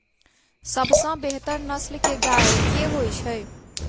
सबसँ बेहतर नस्ल केँ गाय केँ होइ छै?